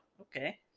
Okay